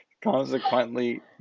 consequently